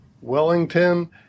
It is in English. Wellington